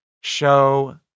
show